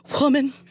woman